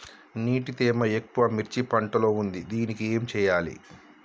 నీటి తేమ ఎక్కువ మిర్చి పంట లో ఉంది దీనికి ఏం చేయాలి?